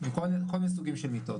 כל מיני סוגים של מיטות,